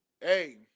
Hey